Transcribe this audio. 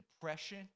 depression